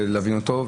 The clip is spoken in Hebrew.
ולהבין אותו.